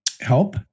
help